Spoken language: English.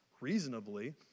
reasonably